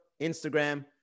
Instagram